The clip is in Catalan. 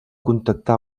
contactar